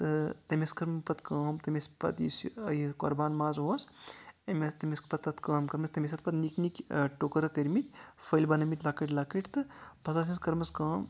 تہٕ تٔمۍ ٲس کٔر مےٚ پَتہٕ کٲم تٔمۍ ٲس پَتہٕ یُس یہِ قۄربان ماز اوس أمۍ ٲس تٔمۍ ٲس پَتہٕ تَتھ کٲم کٔرمٕژ تٔمۍ ٲس اَتھ پَتہٕ نِکۍ نِکۍ ٹُکرٕ کٔرمٕتۍ پھلۍ بَنٲیمٕتۍ لۄکٕٹۍ لۄکٕٹۍ تہٕ پَتہٕ ٲسٕس کٔرمژٕ کٲم